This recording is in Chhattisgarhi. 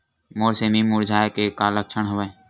मोर सेमी मुरझाये के का लक्षण हवय?